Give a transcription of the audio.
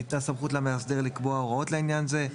ניתנה סמכות למאסדר לקבוע הוראות לעניין זה.